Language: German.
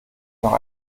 noch